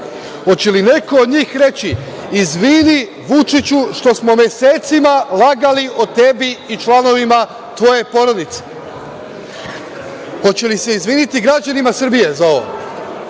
hoće li neko od njih reći – izvini, Vučiću, što smo mesecima lagali o tebi i članovima tvoje porodice? Hoće li se izviniti građanima Srbije za ovo?